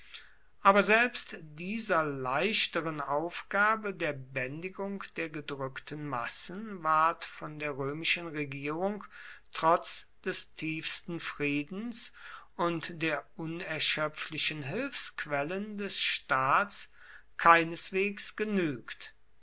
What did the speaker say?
aber selbst dieser leichteren aufgabe der bändigung der gedrückten massen ward von der römischen regierung trotz des tiefsten friedens und der unerschöpflichen hilfsquellen des staats keineswegs genügt